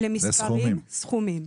לסכומים.